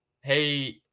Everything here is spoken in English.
hey